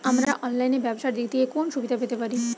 আমরা অনলাইনে ব্যবসার দিক থেকে কোন সুবিধা পেতে পারি?